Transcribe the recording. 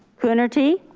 coonerty.